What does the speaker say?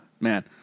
Man